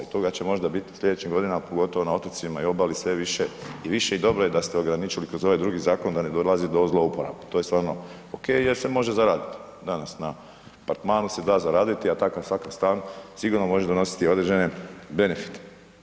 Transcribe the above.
I toga će možda biti u slijedećim godinama pogotovo na otocima i obali sve više i više i dobro je da ste ograničili kroz ovaj drugi zakon da ne dolazi do zlouporaba, to je stvarno ok, jer se može zaraditi, danas na apartmanu se da zaraditi, a takav stan sigurno može donositi određene benefite.